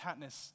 katniss